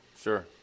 sure